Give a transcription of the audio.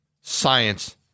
science